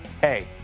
Hey